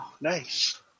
nice